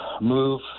move